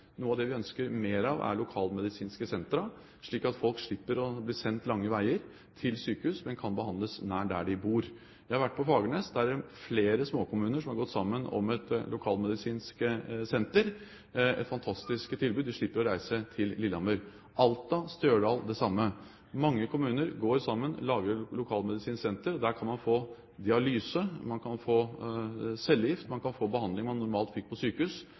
Noe av det vi ønsker mer av, er lokalmedisinske sentre, slik at folk slipper å bli sendt lange veier til sykehus, men kan behandles nær der de bor. Jeg har vært på Fagernes. Der er det flere småkommuner som har gått sammen om et lokalmedisinsk senter – et fantastisk tilbud, man slipper å reise til Lillehammer. Alta og Stjørdal har det samme. Mange kommuner går sammen og lager lokalmedisinske sentre. Der kan man få dialyse, man kan få cellegift, man kan få behandling man normalt fikk på sykehus,